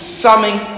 summing